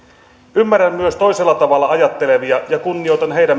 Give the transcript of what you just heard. ymmärrän myös toisella tavalla ajattelevia ja kunnioitan heidän